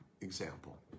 example